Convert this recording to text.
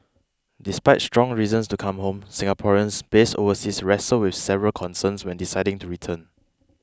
despite strong reasons to come home Singaporeans based overseas wrestle with several concerns when deciding to return